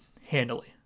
handily